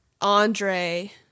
Andre